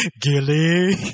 Gilly